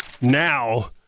Now